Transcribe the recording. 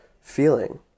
feeling